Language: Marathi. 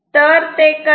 तर ते कसे